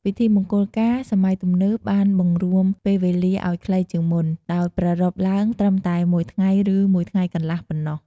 ពិធីមង្គលការសម័យទំនើបបានបង្រួមពេលវេលាឲ្យខ្លីជាងមុន ដោយប្រារព្ធឡើងត្រឹមតែមួយថ្ងៃឬមួយថ្ងៃកន្លះប៉ុណ្ណោះ។